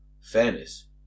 Fairness